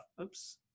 oops